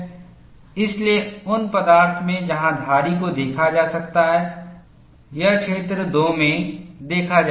इसलिए उन पदार्थ में जहां धारी को देखा जा सकता है यह क्षेत्र 2 में देखा जाएगा